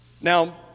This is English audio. Now